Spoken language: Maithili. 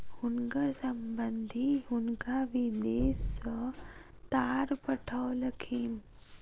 हुनकर संबंधि हुनका विदेश सॅ तार पठौलखिन